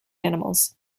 animals